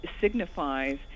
signifies